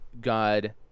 God